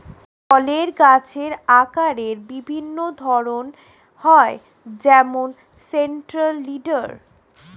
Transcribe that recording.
ফলের গাছের আকারের বিভিন্ন ধরন হয় যেমন সেন্ট্রাল লিডার